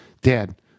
Dad